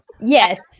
Yes